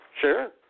Sure